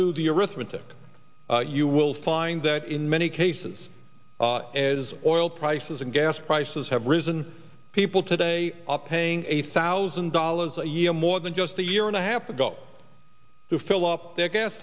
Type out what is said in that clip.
do the arithmetic you will find that in many cases as oil prices and gas prices have risen people today up paying a thousand dollars a year more than just a year and a half ago to fill up